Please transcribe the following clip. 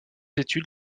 études